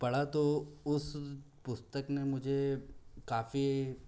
पढ़ा तो उस पुस्तक ने मुझे काफ़ी